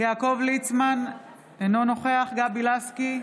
יעקב ליצמן, אינו נוכח גבי לסקי,